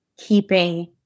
keeping